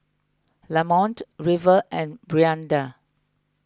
Lamont River and Brianda